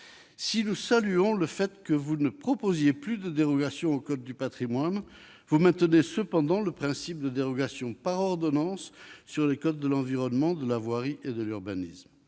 Si nous saluons le fait que vous ne proposiez plus de dérogation au code du patrimoine, vous maintenez cependant le principe d'une dérogation par ordonnances aux codes de l'environnement, de la voirie et de l'urbanisme,